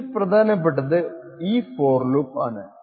ഇതിൽ പ്രധാനപ്പെട്ടത് ഈ ഫോർ ലൂപ്പ് ആണ്